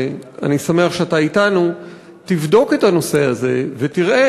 שאני שמח שאתה אתנו: תבדוק את הנושא הזה ותראה